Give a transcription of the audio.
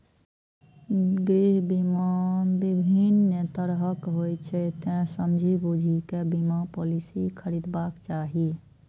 गृह बीमा विभिन्न तरहक होइ छै, तें समझि बूझि कें बीमा पॉलिसी खरीदबाक चाही